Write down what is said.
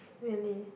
really